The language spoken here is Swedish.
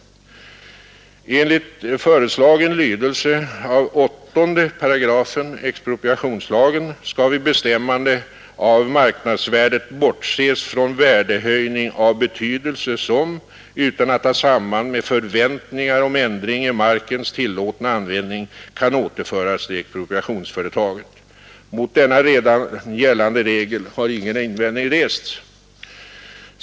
Enligt föreslagen lydelse av 8 § expropriationslagen skall vid bestämmandet av marknadsvärdet bortses från värdehöjning av betydelse som — utan att ha samband med förväntningar om ändring i markens tillåtna användning — kan återföras till expropriationsföretaget. Mot denna redan gällande regel har ingen invändning rests.